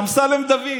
אמסלם דוד.